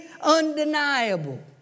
undeniable